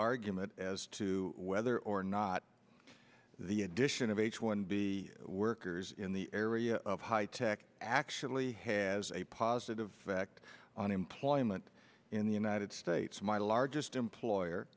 argument as to whether or not the addition of h one b workers in the area of high tech actually has a positive effect on employment in the united states my largest employer